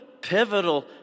pivotal